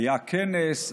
היה כנס,